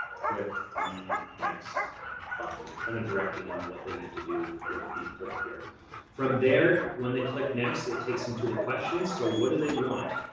click the next button, kind of directing them. what they need to do would be click here from there when they click next, it takes them to the questions. so what do they want?